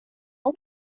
hon